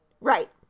Right